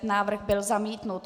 Návrh byl zamítnut.